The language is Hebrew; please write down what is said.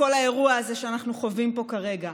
של כל האירוע הזה שאנחנו חווים פה כרגע.